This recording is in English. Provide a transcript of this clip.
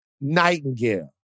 Nightingale